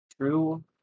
True